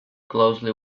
closely